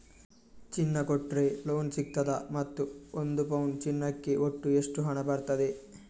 ಚಿನ್ನ ಕೊಟ್ರೆ ಲೋನ್ ಸಿಗ್ತದಾ ಮತ್ತು ಒಂದು ಪೌನು ಚಿನ್ನಕ್ಕೆ ಒಟ್ಟು ಎಷ್ಟು ಹಣ ಬರ್ತದೆ?